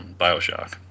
Bioshock